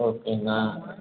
ஓகேங்கண்ணா